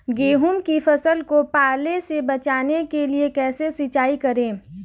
गेहूँ की फसल को पाले से बचाने के लिए कैसे सिंचाई करें?